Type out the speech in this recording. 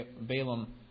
Balaam